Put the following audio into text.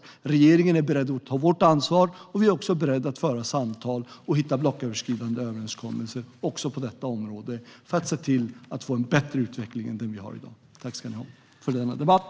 Vi i regeringen är beredda att ta vårt ansvar, och vi är beredda att föra samtal och hitta blocköverskridande överenskommelser också på detta område för att få en bättre utveckling än den vi har i dag.